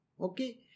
Okay